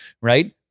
Right